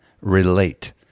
Relate